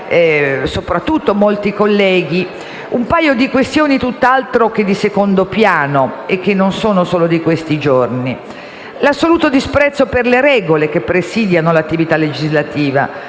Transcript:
soprattutto molti colleghi, un paio di questioni tutt'altro che di secondo piano e non sono solo di questi giorni: l'assoluto disprezzo per le regole che presidiano l'attività legislativa.